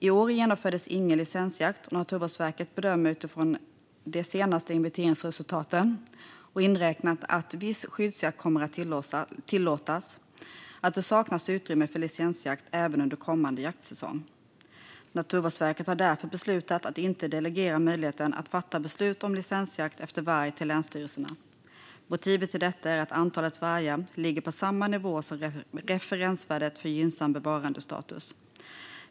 I år genomfördes ingen licensjakt och Naturvårdsverket bedömer utifrån de senaste inventeringsresultaten, och inräknat att viss skyddsjakt kommer att tillåtas, att det saknas utrymme för licensjakt även under kommande jaktsäsong. Naturvårdsverket har därför beslutat att inte delegera möjligheten att fatta beslut om licensjakt efter varg till länsstyrelserna. Motivet till detta är att antalet vargar ligger på samma nivå som referensvärdet för gynnsam bevarandestatus.